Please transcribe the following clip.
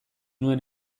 nuen